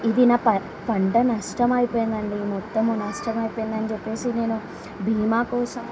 ఇది నా ప పంట నష్టం అయిపోయింది అండి మొత్తము నష్టం అయిపోయింది అని చెప్పేసి నేను బీమా కోసం